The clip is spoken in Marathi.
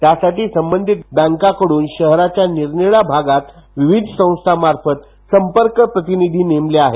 त्यासाठी संबंधित बँकाकडून शहराच्या निरनिराळ्या भागात विविध संस्थामार्फत संपर्क प्रतिनिधी नेमले आहेत